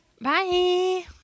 Bye